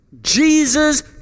Jesus